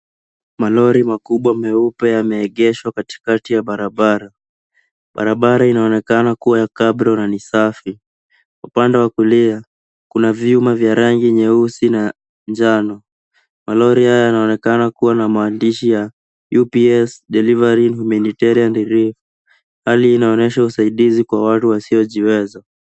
Malori makubwa meupe yameegeshwa katikati ya barabara. Barabara inaonekana kuwa ya kabro na ni safi. Upande wa kulia, kuna vyuma vya rangi nyeusi na njano. Malori haya yanaonekana kuwa na maandishi ya UPS delivering humanitarian relief . Hali linaonyesha usaidizi kwa watu wasiojiweza.